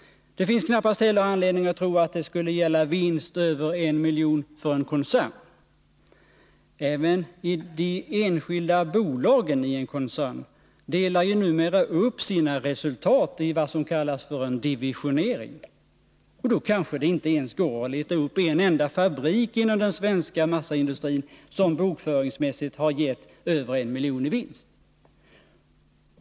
Det finns knappast heller anledning att tro att det skulle gälla vinst över 1 miljon för en koncern. Även de enskilda bolagen i en koncern delar ju numera upp sina resultat i vad som kallas för en divisionering. Därför går det kanske inte ens att leta upp en enda fabrik inom den svenska massaindustrin som bokföringsmässigt har gett över 1 miljon i vinst.